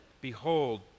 Behold